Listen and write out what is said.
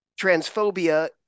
transphobia